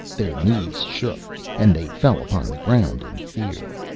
their knees shook and they fell upon the ground in fear.